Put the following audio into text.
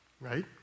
right